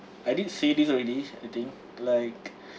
I did say this already I think like